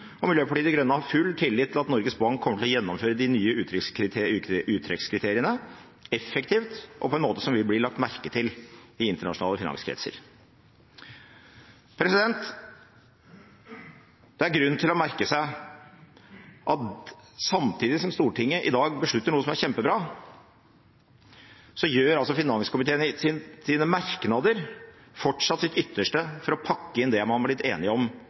og Miljøpartiet De Grønne har full tillit til at Norges Bank kommer til å gjennomføre de nye uttrekkskriteriene effektivt og på en måte som vil bli lagt merke til i internasjonale finanskretser. Det er grunn til å merke seg at samtidig som Stortinget i dag beslutter noe som er kjempebra, gjør finanskomiteen i sine merknader fortsatt sitt ytterste for å pakke inn det man har blitt enig om,